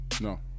no